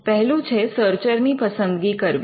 પહેલું છે સર્ચર ની પસંદગી કરવી